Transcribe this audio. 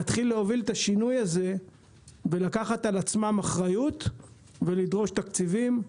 להתחיל להוביל את השינוי הזה ולקחת על עצמם אחריות ולדרוש תקציבים.